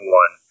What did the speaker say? one